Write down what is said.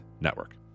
Network